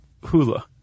hula